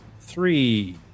three